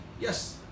yes